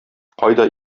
кайда